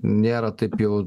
nėra taip jau